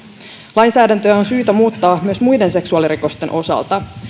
lainsäädäntöä on syytä muuttaa myös muiden seksuaalirikosten osalta